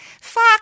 fuck